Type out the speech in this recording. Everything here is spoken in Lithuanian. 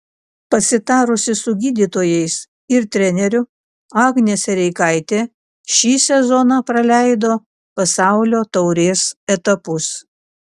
pasitarusi su gydytojais ir treneriu agnė sereikaitė šį sezoną praleido pasaulio taurės etapus